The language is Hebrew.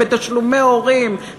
בתשלומי הורים,